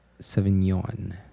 Sauvignon